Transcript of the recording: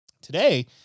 Today